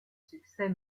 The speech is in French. succès